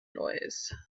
noise